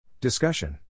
Discussion